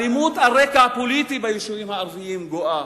האלימות על רקע פוליטי ביישובים הערביים גואה.